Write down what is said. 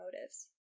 motives